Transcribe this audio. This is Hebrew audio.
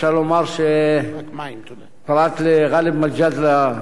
אפשר לומר שפרט לגאלב מג'אדלה,